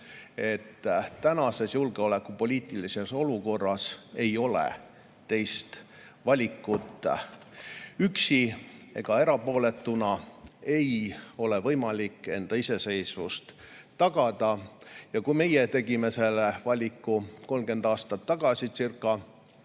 et praeguses julgeolekupoliitilises olukorras ei ole teist valikut. Üksi ega erapooletuna ei ole võimalik enda iseseisvust tagada. Meie tegime selle valikucirca30 aastat tagasi ja